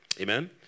Amen